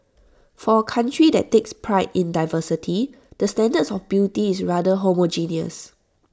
for A country that takes pride in diversity the standards of beauty is rather homogeneous